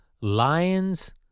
Lions